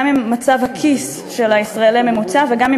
גם את מצב הכיס של הישראלי הממוצע וגם את